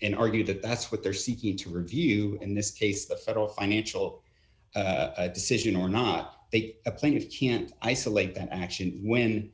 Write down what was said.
in argue that that's what they're seeking to review in this case the federal financial decision or not they a plaintiff can't isolate that action when